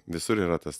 visur yra tas